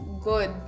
Good